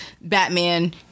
Batman